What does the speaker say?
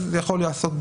אז זה יכול להיעשות,